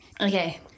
Okay